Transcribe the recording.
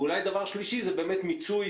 ואולי דבר שליש זה באמת מיצוי,